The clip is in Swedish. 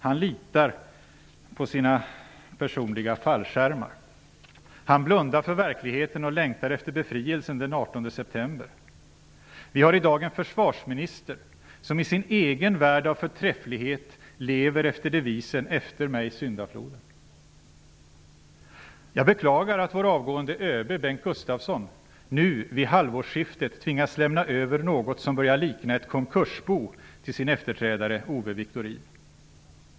Han litar på sina personliga fallskärmar. Han blundar för verkligheten och längtar efter befrielsen den 18 september. Vi har i dag en försvarsminister som i sin egen värld av förträfflighet lever efter devisen Jag beklagar att vår avgående ÖB Bengt Gustafsson nu vid halvårsskiftet tvingas lämna över något som börjar likna ett konkursbo till sin efterträdare Owe Wiktorin.